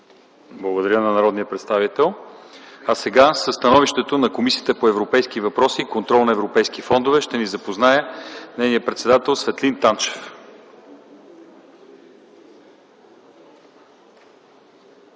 Благодаря на народния представител. Със становището на Комисията по европейските въпроси и контрол на европейските фондове ще ни запознае нейният председател Светлин Танчев.